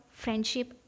friendship